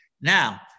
Now